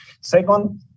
Second